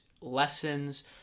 lessons